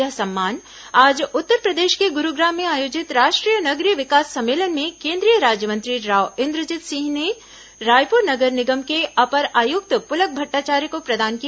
यह सम्मान आज उत्तरप्रदेश के गुरूग्राम में आयोजित राष्ट्रीय नगरीय विकास सम्मेलन में केंद्रीय राज्यमंत्री राव इंद्रजीत सिंह ने रायपुर नगर निगम के अपर आयुक्त पुलक भट्टाचार्य को प्रदान किया